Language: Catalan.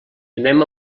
anem